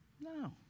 No